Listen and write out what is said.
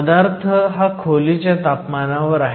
पदार्थ हा खोलीच्या तापमानावर आहे